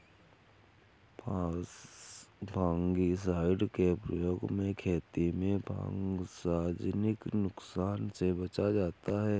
fungicide के प्रयोग से खेती में फँगसजनित नुकसान से बचा जाता है